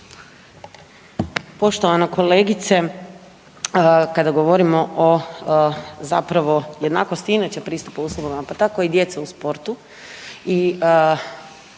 Poštovana kolegice kada govorimo o zapravo jednakosti inače pristup osobama, pa tako i djece u sportu